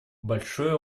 большое